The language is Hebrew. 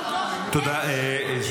הסרטון הוא טוב --- תודה,